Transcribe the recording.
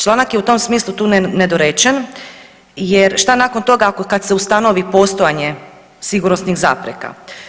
Članak je u tom smislu tu nedorečen, jer što nakon toga kada se ustanovi postojanje sigurnosnih zapreka?